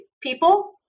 people